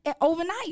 overnight